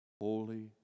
Holy